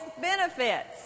benefits